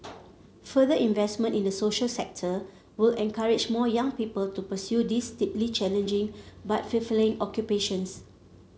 further investment in the social sector will encourage more young people to pursue these deeply challenging but fulfilling occupations